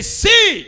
see